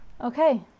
Okay